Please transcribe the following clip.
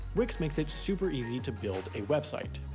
wix makes it super easy to build a website.